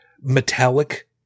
metallic